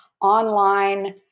online